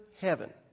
heaven